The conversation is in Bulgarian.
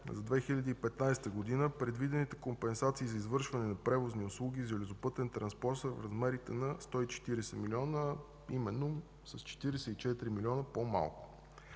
за 2015 г. предвидените компенсации за извършване на превозни услуги и железопътен транспорт са в размерите на 140 милиона, а именно с 44 милиона по-малко.